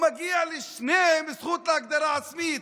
ומגיעה לשניהם זכות הגדרה עצמית.